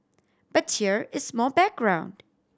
but here is more background